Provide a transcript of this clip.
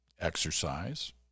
exercise